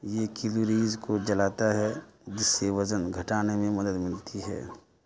یہ کیلوریز کو جلاتا ہے جس سے وزن گھٹانے میں مدد ملتی ہے